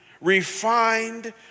refined